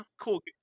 Cool